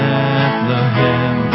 Bethlehem